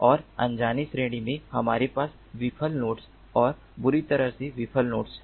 और अनजाने श्रेणी में हमारे पास विफल नोड्स और बुरी तरह से विफल नोड्स हैं